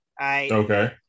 Okay